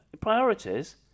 Priorities